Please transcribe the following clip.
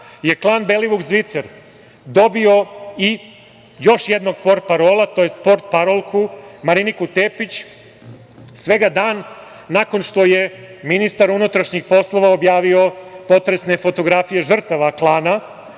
je klan Belivuk Zvicer dobio i još jednog portparola tj. portparolku Mariniku Tepić, svega dan nakon što je ministar unutrašnjih poslova objavio potresne fotografije žrtava klana.